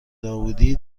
داوودی